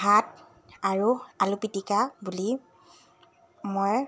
ভাত আৰু আলু পিটিকা বুলি মই